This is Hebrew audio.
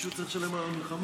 מישהו צריך לשלם על המלחמה.